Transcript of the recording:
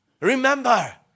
Remember